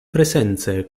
presenze